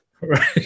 Right